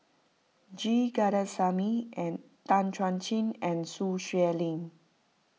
G Kandasamy and Tan Chuan Jin and Sun Xueling